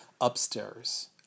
upstairs